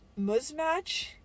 muzmatch